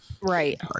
Right